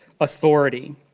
authority